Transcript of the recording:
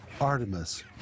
Artemis